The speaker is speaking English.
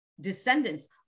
descendants